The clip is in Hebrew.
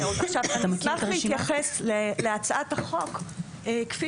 אני אשמח להתייחס להצעת החוק כפי